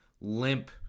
limp